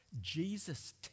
Jesus